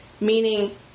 meaning